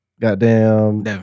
goddamn